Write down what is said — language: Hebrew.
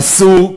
אסור,